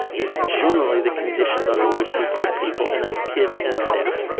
it's generally the conditions under which we put people, and that's kids and staff.